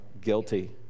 guilty